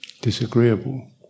disagreeable